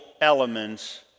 elements